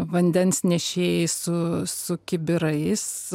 vandens nešėjai su su kibirais